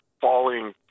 falling